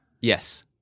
Yes